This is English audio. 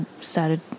started